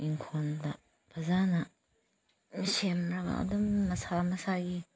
ꯏꯪꯈꯣꯜꯗ ꯐꯖꯅ ꯁꯦꯝꯂꯒ ꯑꯗꯨꯝ ꯃꯁꯥ ꯃꯁꯥꯒꯤ